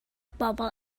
bobl